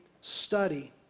study